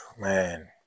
Man